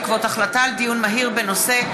בעקבות דיון מהיר בהצעתו של חבר הכנסת טלב אבו עראר בנושא: